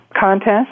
contest